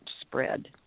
spread